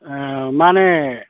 ꯑꯥ ꯃꯥꯟꯅꯦ